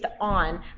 on